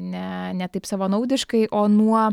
ne ne taip savanaudiškai o nuo